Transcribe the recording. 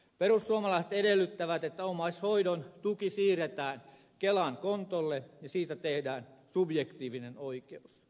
perussuomalaiset edellyttävät että omaishoidon tuki siirretään kelan kontolle ja siitä tehdään subjektiivinen oikeus